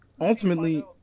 ultimately